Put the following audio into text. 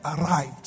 arrived